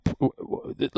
Look